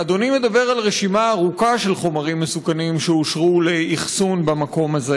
אדוני מדבר על רשימה ארוכה של חומרים מסוכנים שאושרו לאחסון במקום הזה,